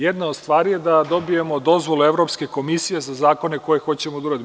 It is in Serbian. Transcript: Jedna od stvari je da dobijemo dozvole Evropske komisije za zakone koje hoćemo da uradimo.